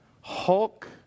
Hulk